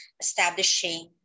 establishing